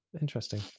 Interesting